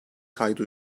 kaydı